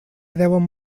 deuen